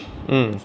mm